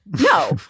No